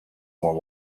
more